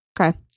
Okay